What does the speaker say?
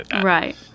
Right